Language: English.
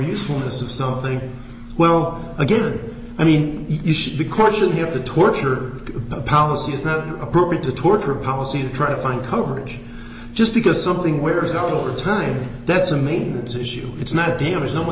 usefulness of something well again i mean you should the question here the torture policy is not appropriate to torture policy to try to find coverage just because something wears out over time that's a maintenance issue it's not damage no one